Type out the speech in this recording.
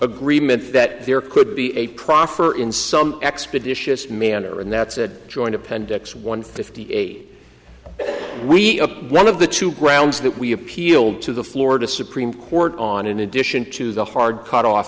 agreement that there could be a proffer in some expeditious manner and that's a joint appendix one fifty eight we up one of the two grounds that we appealed to the florida supreme court on in addition to the hard cut off